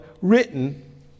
written